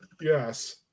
Yes